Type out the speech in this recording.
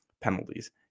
Penalties